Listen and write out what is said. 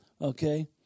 Okay